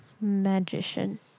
Magician